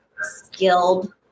skilled